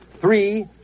Three